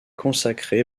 consacré